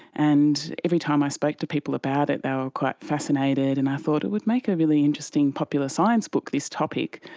and every time i spoke to people about it they were quite fascinated and i thought it would make a really interesting popular science book, this topic.